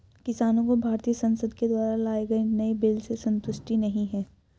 किसानों को भारतीय संसद के द्वारा लाए गए नए बिल से संतुष्टि नहीं है